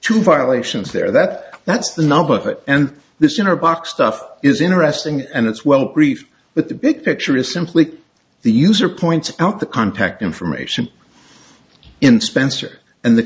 to violations there that that's the nub of it and this inner box stuff is interesting and it's well briefed but the big picture is simply the user points out the contact information in spencer and the